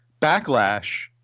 backlash